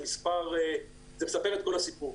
זה מספר את כל הסיפור.